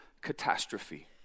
catastrophe